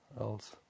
else